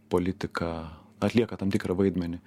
politika atlieka tam tikrą vaidmenį